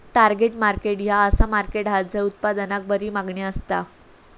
target market ह्या असा market हा झय उत्पादनाक बरी मागणी असता